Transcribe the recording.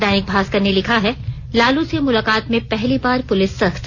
दैनिक भास्कर ने लिखा है लालू से मुलाकात में पहली बार पुलिस सख्त